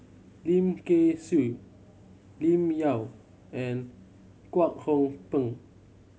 Lim Kay Siu Lim Yau and Kwek Hong Png